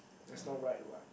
that's not right what